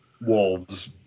Wolves